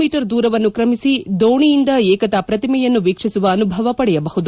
me ದೂರವನ್ನು ತ್ರಮಿಸಿ ದೋಣಿಯಿಂದ ಏಕತಾ ಪ್ರತಿಮೆಯನ್ನು ವೀಕ್ಷಿಸುವ ಅನುಭವ ಪಡೆಯಬಹುದು